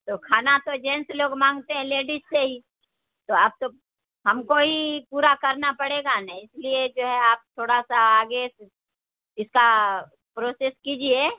تو کھانا تو جینٹس لوگ مانگتے ہیں لیڈیز سے ہی تو آپ تو ہم کو ہی پورا کرنا پڑے گا نا اس لیے جو ہے آپ تھوڑا سا آگے اس کا پروسیس کیجیے